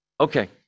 Okay